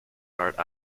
hart